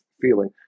feeling